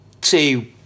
two